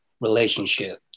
relationship